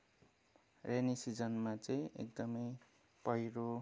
rainy सिजनमा चाहिँ एकदमै पहिरो